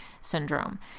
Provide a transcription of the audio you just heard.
syndrome